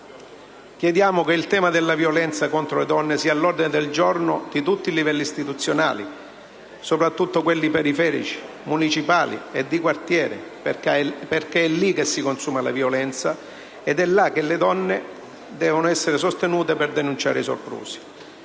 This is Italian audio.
Chiediamo che il tema della violenza contro le donne sia all'ordine del giorno di tutti i livelli istituzionali, soprattutto quelli periferici, municipali e di quartiere perché è lì che si consuma la violenza ed è là che le donne devono essere sostenute per denunciare i soprusi.